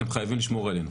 אתם חייבים לשמור עלינו.